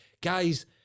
guys